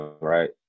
right